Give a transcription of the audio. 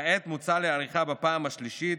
וכעת מוצע להאריכה בפעם השלישית,